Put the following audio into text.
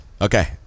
Okay